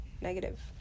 negative